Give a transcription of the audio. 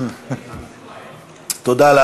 גם לא לעזוב את הממשלה.